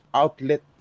outlet